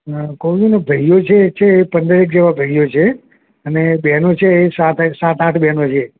ના કહું છું ને ભાઈઓ છે એ છે પંદરેક જેવા ભાઈઓ છે અને બહેનો છે એ સાતઆઠ સાત આઠ બહેનો છે